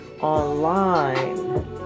online